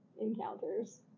encounters